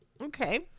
Okay